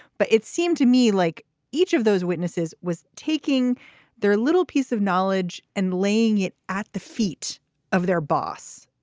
but it seemed to me like each of those witnesses was taking their little piece of knowledge and laying it at the feet of their boss,